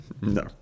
No